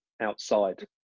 outside